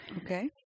Okay